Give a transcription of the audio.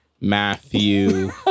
Matthew